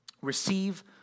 receive